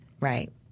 right